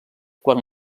quan